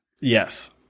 yes